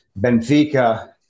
Benfica